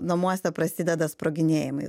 namuose prasideda sproginėjimai